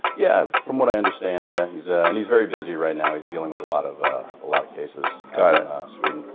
yeah, from what i understand, yeah. he's ah and he's very busy right now, he's dealing with a lot of ah ah lot of cases in sweden.